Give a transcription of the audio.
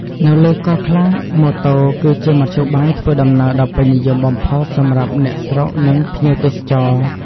នៅលើកោះខ្លះម៉ូតូ គឺជាមធ្យោបាយធ្វើដំណើរដ៏ពេញនិយមបំផុតសម្រាប់អ្នកស្រុក និងភ្ញៀវទេសចរ។